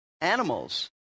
animals